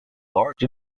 large